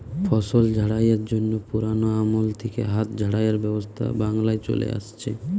ফসল ঝাড়াইয়ের জন্যে পুরোনো আমল থিকে হাত ঝাড়াইয়ের ব্যবস্থা বাংলায় চলে আসছে